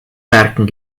werken